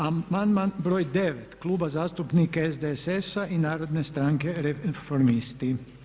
Amandman br. 9 Kluba zastupnika SDSS-a i Narodne stranke Reformisti.